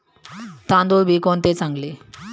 तांदूळ बी कोणते चांगले?